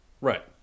Right